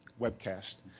webcast.